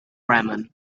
ramen